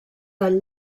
del